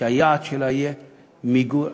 שהיעד שלה יהיה מיגור.